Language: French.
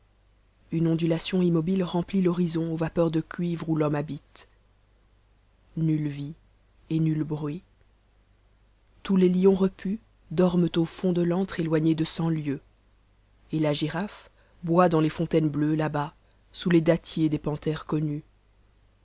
une ondulation mmobhc remplit l'horizon aux vapeurs de cuivre où l'homme habite nulle vie et nul bruit tous les lions repus dorment au fond de l'antre éloigné de cent lieues et la girafe boit dans les fontaines bleues la bas sous les dattiers des panthères connus